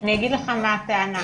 אני אגיד לך מה הטענה,